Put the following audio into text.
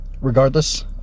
regardless